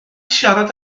siarad